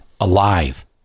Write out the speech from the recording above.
alive